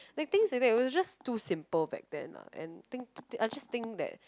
like things like that it was just too simple back then lah and think I just think that